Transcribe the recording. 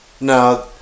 Now